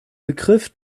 begriff